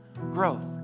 growth